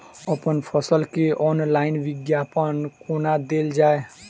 अप्पन फसल केँ ऑनलाइन विज्ञापन कोना देल जाए?